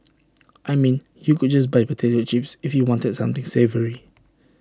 I mean you could just buy potato chips if you wanted something savoury